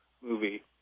movie